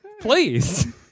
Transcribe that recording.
Please